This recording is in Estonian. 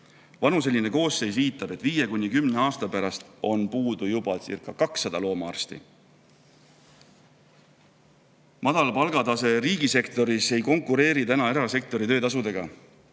Vanuseline koosseis viitab, et 5–10 aasta pärast on puudu jubacirca200 loomaarsti. Madal palgatase riigisektoris ei konkureeri enam erasektori töötasudega.